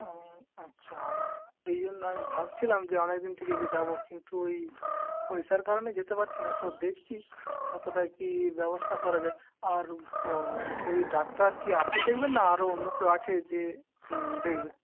হুম আচ্ছা সেই জন্য আমি ভাবছিলাম যে অনেকদিন থেকে যাব কিন্তু এই পয়সার কারণে যেতে পারছি না তো দেখছি কতটা কি ব্যবস্থা করা যায় আর ওই ডাক্তার কি আপনি দেখবেন না আরও অন্য কেউ আছে যে দেখবে